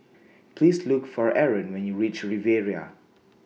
Please Look For Arron when YOU REACH Riviera